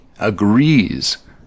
agrees